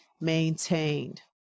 maintained